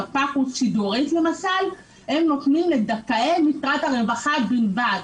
הם נותנים לזכאי משרד הרווחה בלבד.